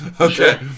Okay